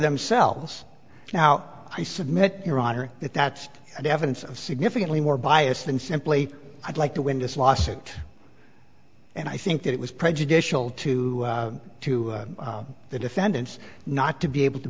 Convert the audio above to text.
themselves now i submit your honor that that's an evidence of significantly more biased than simply i'd like to win this lawsuit and i think that it was prejudicial to to the defendants not to be able to